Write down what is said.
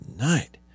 night